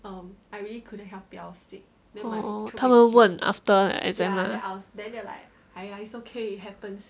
oh oh 他们问 after exam lah